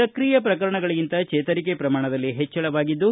ಸಕ್ರಿಯ ಪ್ರಕರಣಗಳಗಿಂತ ಚೇತರಿಕೆ ಪ್ರಮಾಣದಲ್ಲಿ ಹೆಚ್ಚಳವಾಗಿದ್ದು